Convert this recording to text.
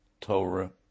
Torah